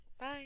Bye